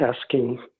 asking